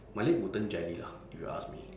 my leg will turn jelly lah if you ask me